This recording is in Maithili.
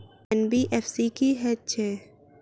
एन.बी.एफ.सी की हएत छै?